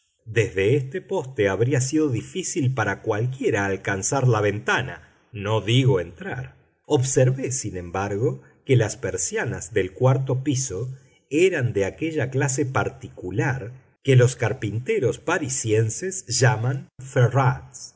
desde este poste habría sido difícil para cualquiera alcanzar la ventana no digo entrar observé sin embargo que las persianas del cuarto piso eran de aquella clase particular que los carpinteros parisienses llaman ferrades